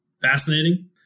fascinating